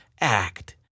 act